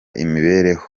imibereho